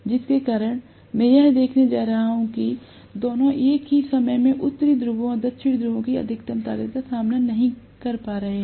जिसके कारण मैं यह देखने जा रहा हूं कि दोनों एक ही समय में उत्तरी ध्रुवों और दक्षिणी ध्रुवों की अधिकतम ताकत का सामना नहीं कर रहे हैं